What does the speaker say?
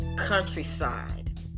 countryside